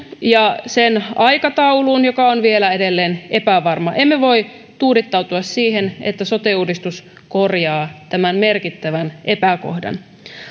ja sen aikatauluun joka on vielä edelleen epävarma emme voi tuudittautua siihen että sote uudistus korjaa tämän merkittävän epäkohdan